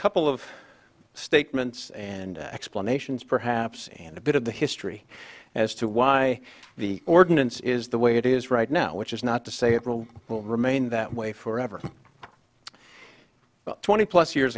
couple of statements and explanations perhaps and a bit of the history as to why the ordinance is the way it is right now which is not to say it will remain that way forever twenty plus years